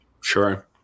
sure